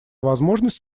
возможность